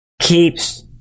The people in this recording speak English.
keeps